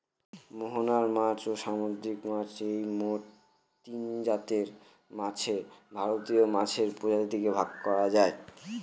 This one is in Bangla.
মোহনার মাছ, ও সামুদ্রিক মাছ এই মোট তিনজাতের মাছে ভারতীয় মাছের প্রজাতিকে ভাগ করা যায়